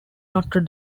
notre